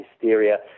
hysteria